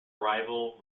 arrival